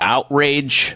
Outrage